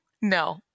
No